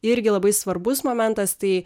irgi labai svarbus momentas tai